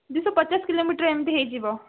ଦୁଇଶହ ପଚାଶ କିଲୋମିଟର୍ ଏମିତି ହୋଇଯିବ